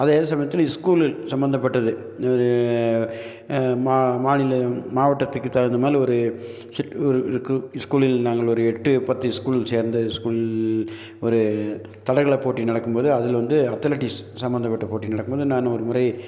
அதே சமயத்தில் ஸ்கூல் சம்பந்தப்பட்டது மா மாநில மாவட்டத்துக்கு தகுந்த மாதிரில ஒரு ஸ் ஸ்கூலில் நாங்கள் ஒரு எட்டு பத்து ஸ்கூல் சேர்ந்த ஸ்கூல் ஒரு தடகள போட்டி நடக்கும் போது அதில் வந்து அத்தலடிஸ் சம்பந்தப்பட்ட போட்டி நடக்கும் போது நான் ஒரு முறை